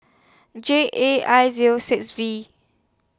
J A I Zero six V